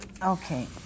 Okay